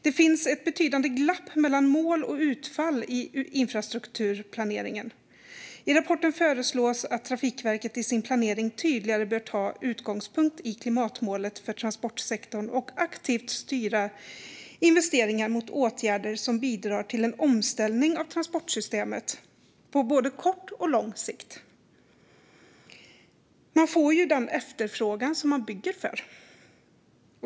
Det finns ett betydande glapp mellan mål och utfall i infrastrukturplaneringen. I rapporten föreslås att Trafikverket i sin planering tydligare bör ta utgångspunkt i klimatmålet för transportsektorn och aktivt styra investeringar mot åtgärder som bidrar till en omställning av transportsystemet på både kort och lång sikt. Man får ju den efterfrågan som man bygger för.